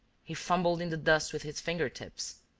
he fumbled in the dust with his finger-tips,